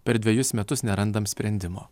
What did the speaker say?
per dvejus metus nerandame sprendimo